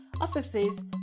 offices